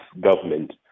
government